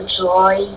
joy